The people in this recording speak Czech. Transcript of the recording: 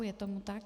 Je tomu tak.